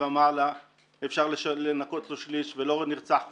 ומעלה אפשר לנכות לו שליש ולא נרצח רגיל.